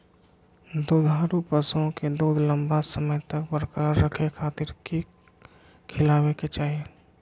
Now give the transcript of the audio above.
दुधारू पशुओं के दूध लंबा समय तक बरकरार रखे खातिर की खिलावे के चाही?